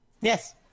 Yes